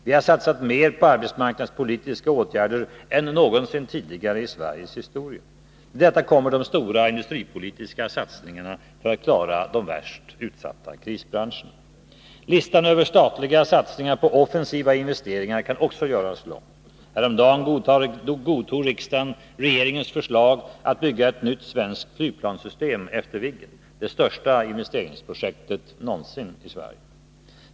Vi har satsat mer på arbetsmarknadspolitiska åtgärder än någonsin tidigare i Sveriges historia. Till detta kommer de stora industripolitiska satsningarna för att klara de värst utsatta krisbranscherna. Listan över statliga satsningar på offensiva investeringar kan också göras lång. Häromdagen godtog riksdagen regeringens förslag att bygga ett nytt svenskt flygplanssystem efter Viggen, det största investeringsprojektet någonsin i Sverige.